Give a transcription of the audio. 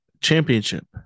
championship